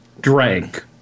drank